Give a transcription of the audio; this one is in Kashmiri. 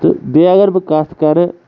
تہٕ بیٚیہِ اگر بہٕ کَتھ کَرٕ